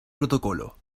protocolo